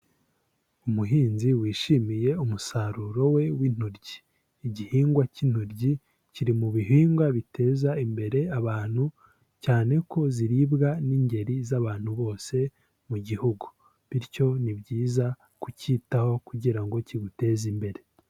Umuhinzi wishimiye umusaruro we w'intoryi. Igihingwa cy'intoryi kiri mu bihingwa biteza imbere abantu cyane ko ziribwa n'ingeri z'abantu bose mu gihugu, bityo ni byiza kukicyitaho kugira ngo kiguteze imbere.